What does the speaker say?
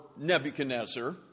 Nebuchadnezzar